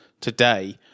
today